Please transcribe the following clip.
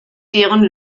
deren